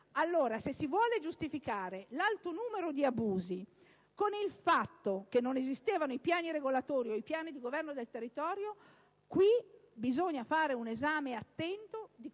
occupano. Se si vuole giustificare l'alto numero di abusi con il fatto che non esistevano i piani regolatori o i piani di governo del territorio, bisogna fare un esame attento di quello